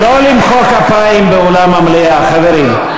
לא למחוא כפיים באולם המליאה, חברים.